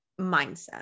mindset